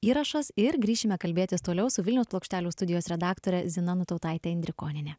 įrašas ir grįšime kalbėtis toliau su vilniaus plokštelių studijos redaktore zina nutautaitė indrikonienė